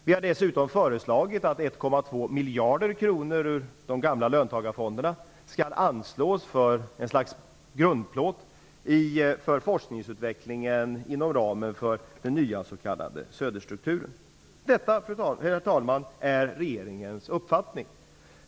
Vi har dessutom föreslagit att 1,2 miljarder kronor ur de gamla löntagarfonderna skall anslås för ett slags grundplåt för forskningsutvecklingen inom ramen för den nya s.k. Söderstrukturen. Detta, herr talman, är regeringens uppfattning.